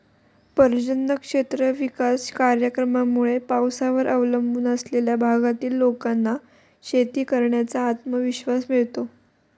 पर्जन्य क्षेत्र विकास कार्यक्रमामुळे पावसावर अवलंबून असलेल्या भागातील लोकांना शेती करण्याचा आत्मविश्वास मिळतो